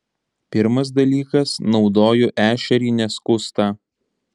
pirmas dalykas naudoju ešerį neskustą